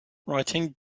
writing